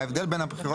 ההבדל בין הבחירות.